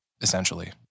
essentially